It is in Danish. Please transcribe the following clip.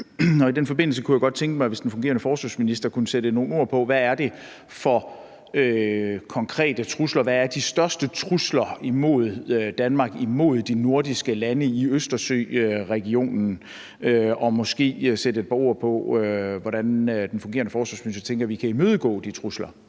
I den forbindelse kunne jeg godt tænke mig, at den fungerende forsvarsminister kunne sætte nogle ord på, hvad det er for nogle konkrete trusler, og hvad de største trusler er imod Danmark og imod de nordiske lande i Østersøregionen, og måske sætte et par ord på, hvordan den fungerende forsvarsminister tænker at vi kan imødegå de trusler.